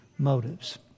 motives